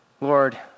Lord